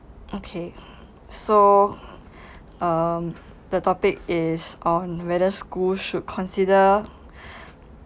okay so um the topic is on whether schools should consider